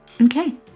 Okay